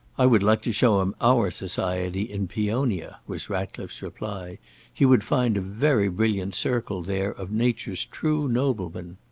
i would like to show him our society in peonia, was ratcliffe's reply he would find a very brilliant circle there of nature's true noblemen.